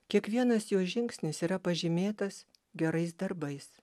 kiekvienas jo žingsnis yra pažymėtas gerais darbais